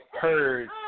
Heard